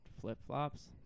flip-flops